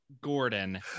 Gordon